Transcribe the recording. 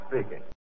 speaking